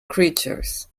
creatures